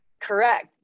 correct